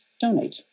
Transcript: donate